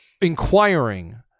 inquiring